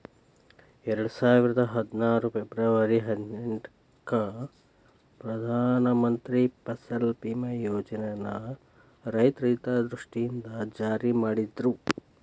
ಎರಡುಸಾವಿರದ ಹದ್ನಾರು ಫೆಬರ್ವರಿ ಹದಿನೆಂಟಕ್ಕ ಪ್ರಧಾನ ಮಂತ್ರಿ ಫಸಲ್ ಬಿಮಾ ಯೋಜನನ ರೈತರ ಹಿತದೃಷ್ಟಿಯಿಂದ ಜಾರಿ ಮಾಡಿದ್ರು